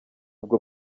ubwo